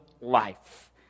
life